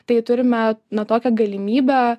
tai turime na tokią galimybę